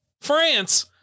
France